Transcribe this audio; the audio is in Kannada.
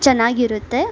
ಚೆನ್ನಾಗಿರುತ್ತೆ